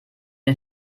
den